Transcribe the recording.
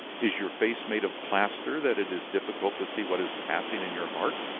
is your face made of plaster that it is difficult to see what is passing in your heart?